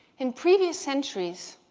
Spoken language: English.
in previous centuries,